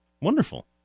Wonderful